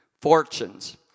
fortunes